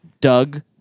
Doug